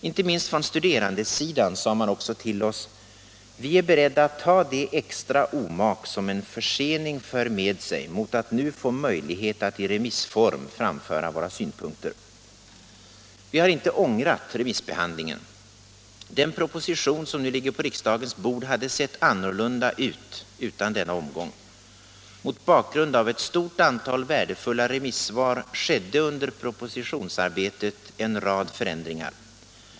Inte minst från studerandesidan sade man också till oss: Vi är beredda att ta det extra omak som en försening för med sig mot att nu få möjlighet att i remissform framföra våra synpunkter. Vi har inte ångrat remissbehandlingen. Den proposition som nu ligger på riksdagens bord hade sett annorlunda ut utan denna omgång. Mot bakgrund av ett stort antal värdefulla remissvar skedde under propositionsarbetet en rad förändringar.